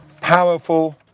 powerful